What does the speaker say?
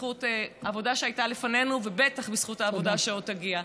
בזכות עבודה שהייתה לפנינו ובטח בזכות העבודה שעוד תגיע.